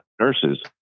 nurses